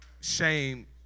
shame